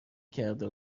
کرده